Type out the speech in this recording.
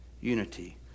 unity